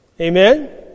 Amen